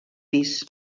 pis